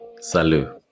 salut